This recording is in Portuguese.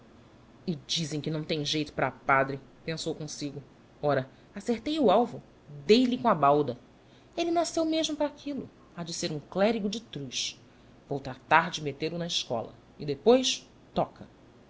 e dizem que não tem geito para padre pensou eomsigo ora acertei o alvo dei-lhe com a balda elle nasceu mesmo para aquillo ha de ser um clérigo de truz vou tratar de mettel-o na escola e depois toca